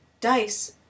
dice